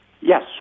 Yes